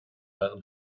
but